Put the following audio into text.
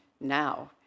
now